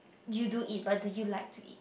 you do eat but do you like to eat